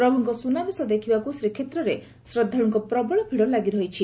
ପ୍ରଭୁଙ୍କ ସୁନାବେଶ ଦେଖିବାକୁ ଶ୍ରୀକ୍ଷେତ୍ରରେ ଶ୍ରଦ୍ଧାଳୁଙ୍କ ପ୍ରବଳ ଭିଡ ଲାଗିରହିଛି